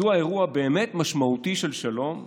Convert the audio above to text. מדוע באירוע באמת משמעותי של שלום חשוב,